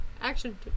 Action